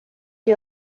you